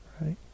right